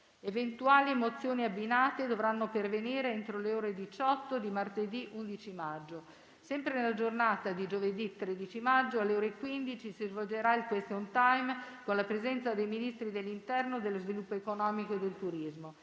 Eventuali mozioni abbinate dovranno pervenire entro le ore 18 di martedì 11 maggio. Sempre nella giornata di giovedì 13 maggio, alle ore 15, si svolgerà il *question* *time* con la presenza dei Ministri dell'interno, dello sviluppo economico e del turismo.